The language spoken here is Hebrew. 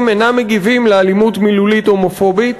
אינם מגיבים לאלימות מילולית הומופובית